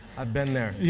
i've been there.